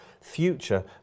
future